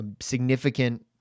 significant